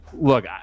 Look